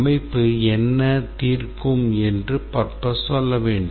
அமைப்பு என்ன தீர்க்கும் என்று purpose சொல்ல வேண்டும்